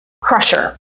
crusher